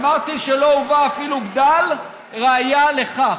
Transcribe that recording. אמרתי שלא הובא אפילו בדל ראיה לכך.